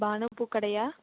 Banu பூக்கடையா